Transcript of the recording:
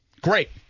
Great